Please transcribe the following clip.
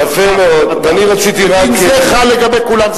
יפה מאוד, ואני רציתי רק, ודין זה חל לגבי כולם.